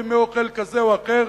ומי אוכל כזה או אחר,